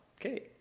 Okay